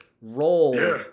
roll